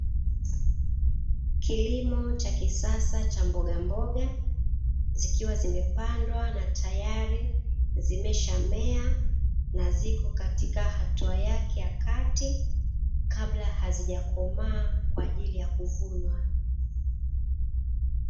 Kilimo cha kisasa cha mbogamboga, zikiwa zimepandwa na tayari zimeshamea na ziko katika hatua yake ya kati kabla hazijakomaa kwa ajili ya kuvunwa .